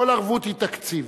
כל ערבות היא תקציב,